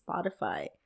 Spotify